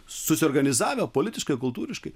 susiorganizavę politiškai kultūriškai